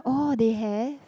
oh they have